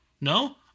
No